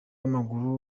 w’amaguru